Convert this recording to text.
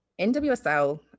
nwsl